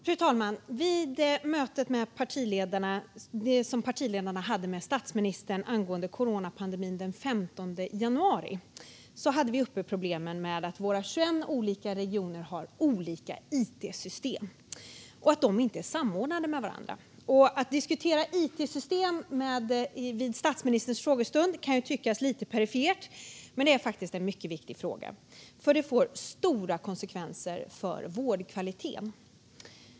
Fru talman! Vid det möte som partiledarna hade med statsministern angående coronapandemin den 15 januari tog vi upp problemet med att våra 21 regioner har olika it-system och att de inte är samordnade med varandra. Att diskutera it-system vid statsministerns frågestund kan tyckas lite perifert, man det är faktiskt en mycket viktig fråga, för den har stora konsekvenser för vårdkvaliteten.